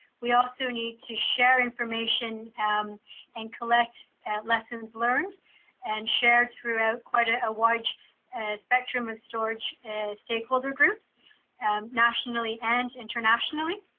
we also need to share information um and collect lessons learned and share through ah quite a ah wide and sector um storage and stakeholder groups and nationally and internationally.